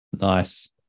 Nice